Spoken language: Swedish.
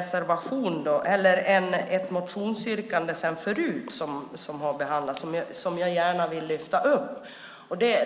sedan tidigare ett motionsyrkande som har behandlats, och jag vill gärna lyfta upp det.